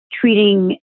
treating